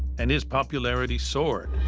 and his popularity soared.